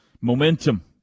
momentum